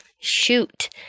Shoot